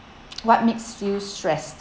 what makes you stress